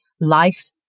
life